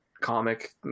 comic